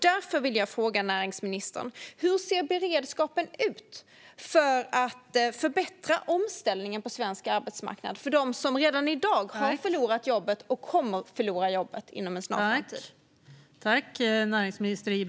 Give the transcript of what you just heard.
Därför vill jag fråga näringsministern hur beredskapen ser ut för att förbättra omställningen på svensk arbetsmarknad för dem som redan i dag har förlorat jobbet eller kommer att förlora jobbet inom en snar framtid.